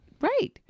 Right